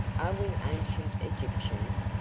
are we ancient egyptians?